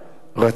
זאת אומרת,